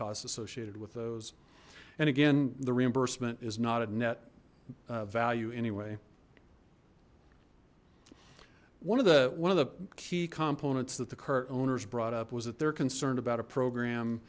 costs associated with those and again the reimbursement is not at net value anyway one of the one of the key components that the current owners brought up was that they're concerned about a program